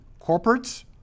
corporates